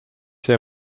see